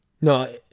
No